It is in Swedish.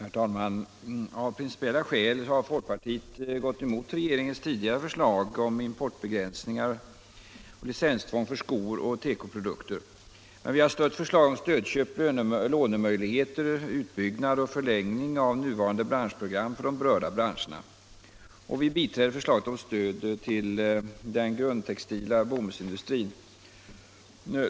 Herr talman! Av principiella skäl har folkpartiet gått emot regeringens tidigare förslag om importbegränsningar och licenstvång för skog och tekoprodukter. Men vi har stött förslagen om stödköp, lånemöjligheter, utbyggnad och förlängning av nuvarande branschprogram för de berörda branscherna. Och vi biträder förslaget om stöd till den grundtextila bomullsindustrin.